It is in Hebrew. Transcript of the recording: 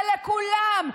זה לכולם.